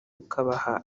ukabaha